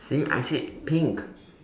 see I said pink